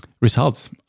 results